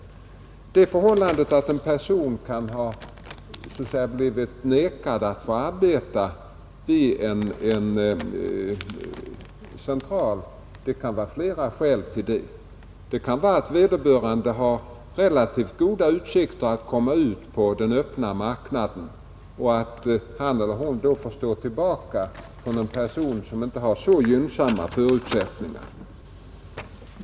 Det kan finnas flera skäl till att en person blivit vägrad arbete i en central. Det kan bero på att vederbörande har relativt goda utsikter att komma ut på den öppna marknaden och då bör stå tillbaka för någon person som inte har så gynnsamma förutsättningar.